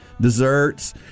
desserts